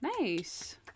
nice